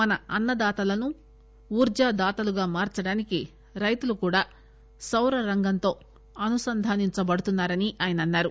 మన అన్నదాతలను ఊర్లాదాతలుగా మార్చడానికి రైతులు కూడా సౌర రంగంతో అనుసంధానించబడుతున్నారని ఆయన అన్నారు